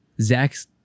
Zach's